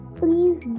please